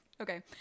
Okay